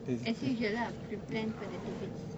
as usual lah we plan for the tickets